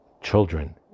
children